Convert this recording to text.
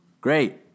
great